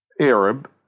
Arab